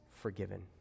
forgiven